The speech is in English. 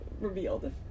revealed